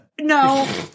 No